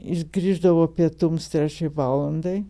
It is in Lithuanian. jis grįždavo pietums trečiai valandai